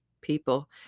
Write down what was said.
people